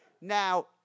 Now